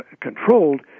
controlled